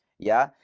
yeah.